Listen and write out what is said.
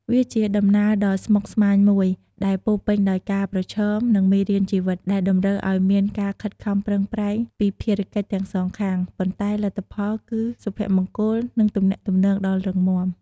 វាជាដំណើរដ៏ស្មុគស្មាញមួយ ដែលពោរពេញដោយការប្រឈម និងមេរៀនជីវិត ដែលតម្រូវឱ្យមានការខិតខំប្រឹងប្រែងពីភាគីទាំងសងខាង ប៉ុន្តែលទ្ធផលគឺសុភមង្គល និងទំនាក់ទំនងដ៏រឹងមាំ។